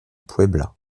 puebla